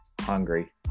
hungry